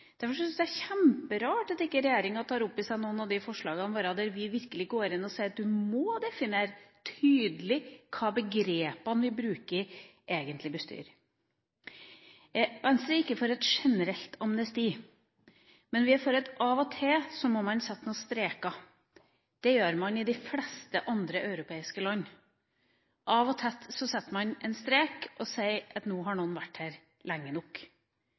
Derfor syns jeg det er kjemperart at ikke regjeringa tar opp i seg noen av forslagene våre, der vi sier at man må definere tydelig hva de begrepene vi bruker, egentlig betyr. Venstre er ikke for et generelt amnesti, men vi er for at man av og til må sette noen streker. Det gjør man i de fleste andre europeiske land. Av og til setter man en strek og sier at nå har noen vært her lenge nok.